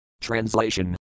Translation